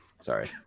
Sorry